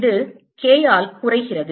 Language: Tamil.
இது K ஆல் குறைகிறது